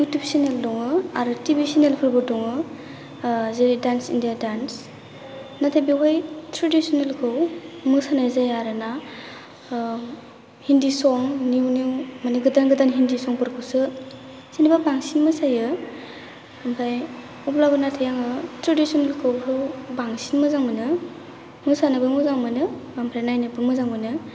YouTube channel दङ आरो T V चेनेलफोरबो दङ ओ जेरै दान्स इनदिया दान्स नाथाय बेवहाय थ्रेदिसनेलखौ मोसानाय जाया आरोना ओ हिन्दी सं निउ निउ माने गोदान गोदान हिन्दी संफोरखौसो जेनेबा बांसिन मोसायो ओमफ्राय नाथाय अब्लाबो आङो थ्रेदिसनेलखौ बांसिन मोजां मोनो मोसानोबो मोजां मोनो ओमफ्राय नायनोबो मोजां मोनो